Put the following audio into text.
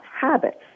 habits